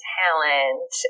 talent